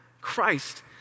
Christ